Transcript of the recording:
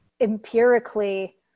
empirically